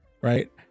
right